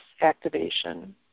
activation